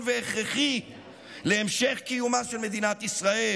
והכרחי להמשך קיומה של מדינת ישראל,